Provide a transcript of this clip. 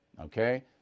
Okay